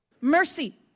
Mercy